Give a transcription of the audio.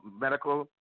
medical